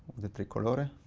the tricolore.